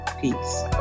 peace